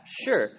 sure